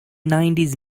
nineties